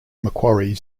macquarie